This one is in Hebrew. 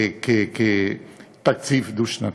תקציב דו-שנתי.